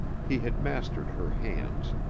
he had mastered her hands,